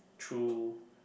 through